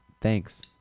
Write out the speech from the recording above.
thanks